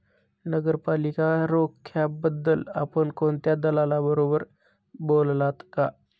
नगरपालिका रोख्यांबद्दल आपण कोणत्या दलालाबरोबर बोललात का?